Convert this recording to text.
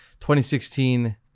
2016